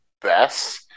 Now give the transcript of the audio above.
best